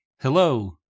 Hello